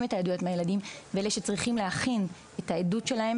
את העדויות מהילדים ואלה שצריכים להכין את העדות שלהם